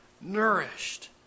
nourished